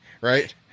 right